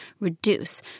reduce